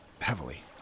heavily